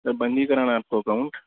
سر بند ہی کرانا ہے آپ کو اکاؤنٹ